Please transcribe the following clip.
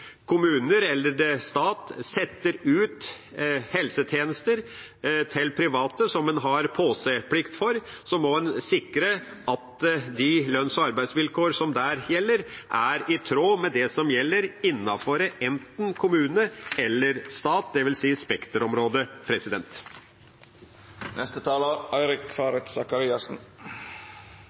kommuner eller stat setter ut helsetjenester som en har påseplikt for, til private, må en sikre at de lønns- og arbeidsvilkår som der gjelder, er i tråd med det som gjelder innenfor enten kommuner eller stat,